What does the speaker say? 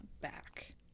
back